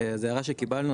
זאת הערה שקיבלנו,